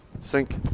sink